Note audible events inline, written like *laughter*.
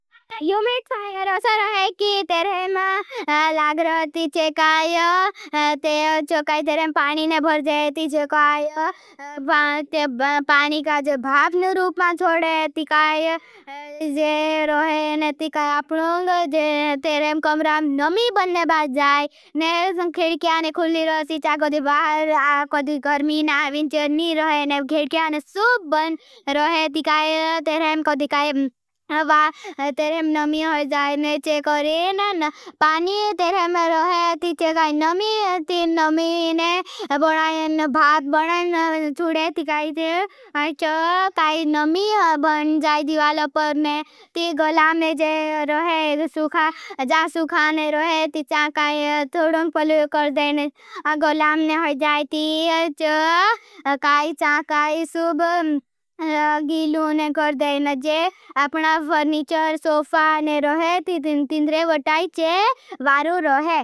यूमीट पायर अच्छा रहे की तेरेम लाग रहती। चेकाई तेरेम पानी ने भर जेती चेकाई। पानी का जो भापन रूप मा छोड़ेती काई जे रहे। ने ती काई आपनोंग जे तेरेम कमराम नमी बनने बाजाई ने खिड़कियाने खुली रहती चा कदी बाहर कदी कर्मी ना विंचनी रहे। ने खिड़कियाने सूप बन रहे। ती काई तेरेम कदी काई बाद तेरेम नमी होजाई ने चेकाई करेन। पानी तेरेम रहे ती चेकाई नमी ती नमी ने बनने भाप बनने छोड़ेती। काई ती चो काई नमी बन जाई दिवालपर ने ती गोलांम ने जे रहे सुखा, *hesitation* जा़ सुखाने रहे। ती चाखाई थूड़ं पलू कर देनेश गोलांम ने होजाई। ती चो काई चाखाई सुब गीलुने कर देनेश अपना फर्नीचर सोफा ने रोहे ती तीन तीन रे वटाईचे वारू रोहे।